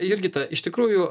jurgita iš tikrųjų